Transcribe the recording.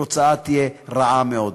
התוצאה הייתה רעה מאוד.